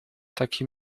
taki